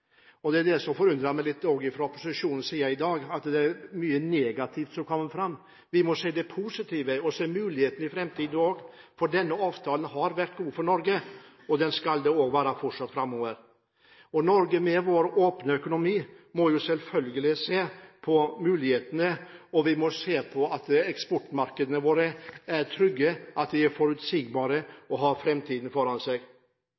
Det som forundrer meg litt fra opposisjonens side i dag, er at det er mye negativt som kommer fram. Vi må se det positive og se mulighetene også i framtiden, for denne avtalen har vært god for Norge, og det skal den også være framover. Norge, med sin åpne økonomi, må selvfølgelig se på mulighetene og på at eksportmarkedene er trygge, og at de er forutsigbare og har framtiden foran seg.